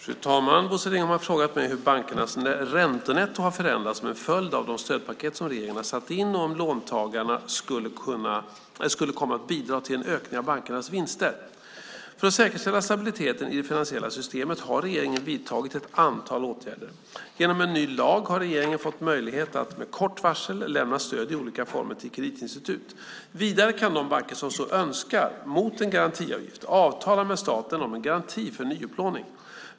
Fru talman! Bosse Ringholm har frågat mig hur bankernas räntenetto har förändrats som en följd av de stödpaket som regeringen har satt in och om låntagarna skulle komma att bidra till en ökning av bankernas vinster. För att säkerställa stabiliteten i det finansiella systemet har regeringen vidtagit ett antal åtgärder. Genom en ny lag har regeringen fått möjlighet att med kort varsel lämna stöd i olika former till kreditinstitut. Vidare kan de banker som så önskar, mot en garantiavgift, avtala med staten om en garanti för nyupplåning.